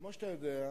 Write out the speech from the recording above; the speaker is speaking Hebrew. כמו שאתה יודע,